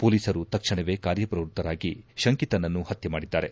ಪೊಲೀಸರು ತಕ್ಷಣವೇ ಕಾರ್ಯಪ್ರವೃತ್ತರಾಗಿ ಶಂಕಿತನನ್ನು ಪತ್ತೆ ಮಾಡಿದ್ದಾರೆ